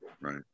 right